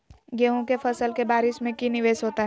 गेंहू के फ़सल के बारिस में की निवेस होता है?